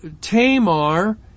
Tamar